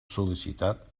sol·licitat